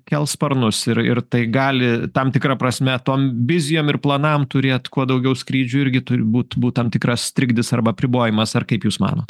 kels sparnus ir ir tai gali tam tikra prasme ton bizijom ir planam turėt kuo daugiau skrydžių irgi turi būt būt tam tikras trigdis arba apribojimas ar kaip jūs manot